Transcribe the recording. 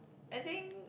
I think